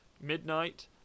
midnight